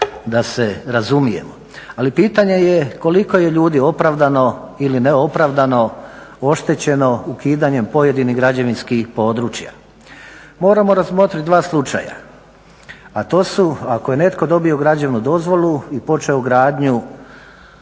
da se razumijemo. Ali pitanje je koliko je ljudi opravdano ili neopravdano oštećeno ukidanjem pojedinih građevinskih područja. Moramo razmotrit dva slučaja, a to su ako je netko dobio građevnu dozvolu i počeo gradnju